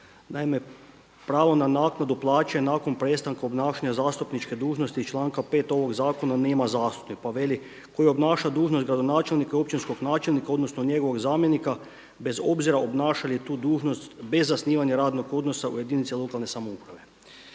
Naime, pravo na naknadu plaće nakon prestanka obnašanja zastupničke dužnosti iz članka 5. ovog zakona nema … pa veli koji obnaša dužnost gradonačelnika, općinskog načelnika odnosno njegovog zamjenika bez obzira obnaša li tu dužnost bez zasnivanja radnog odnosa u jedinici lokalne samouprave.